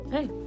Hey